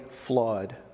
flawed